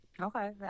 Okay